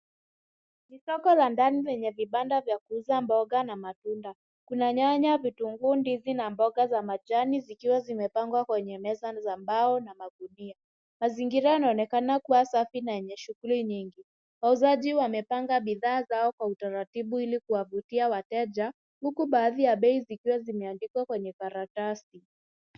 Ni soko la ndani lenye vibanda vya kuuza mboga na matunda kuna nyanya, vitunguu, ndizi, mboga na majani zikiwa zimepangwa kwenye meza ya mbao na magunia. Mazingira yanaonekana kuwa safi na yenye shughuli nyingi. Wauzaji wamepanga bidhaa zao kwa utaratibu ili kuwa vutia wateja huku baadhi ya bei zikiwa zime andikwa kwenye karatasi.